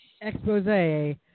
expose